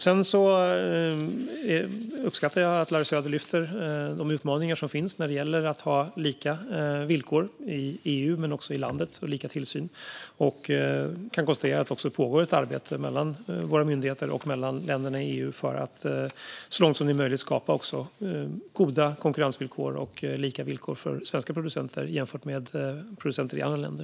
Jag uppskattar att Larry Söder lyfter de utmaningar som finns när det gäller att ha samma villkor och tillsyn både inom EU och inom landet. Jag kan konstatera att det pågår ett arbete mellan våra myndigheter och mellan länderna i EU för att så långt som möjligt skapa goda konkurrensvillkor och lika villkor för svenska producenter jämfört med producenter i andra länder.